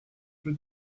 for